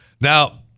Now